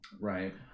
Right